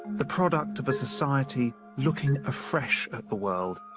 the product of a society looking afresh at the world